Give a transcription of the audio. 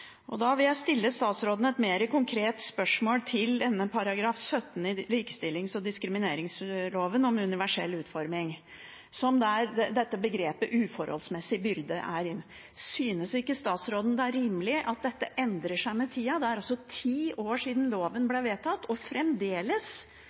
er. Da vil jeg stille statsråden et mer konkret spørsmål til § 17 i likestillings- og diskrimineringsloven om universell utforming, der dette begrepet «uforholdsmessig byrde» brukes: Synes ikke statsråden det er rimelig at dette endrer seg med tida? Det er altså ti år siden loven